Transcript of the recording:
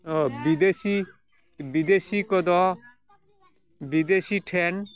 ᱚᱸᱻ ᱵᱤᱫᱮᱥᱤ ᱵᱤᱫᱮᱥᱤ ᱠᱚᱫᱚ ᱵᱤᱫᱮᱥᱤ ᱴᱷᱮᱱ